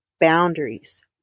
boundaries